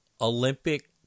Olympic